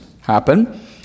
happen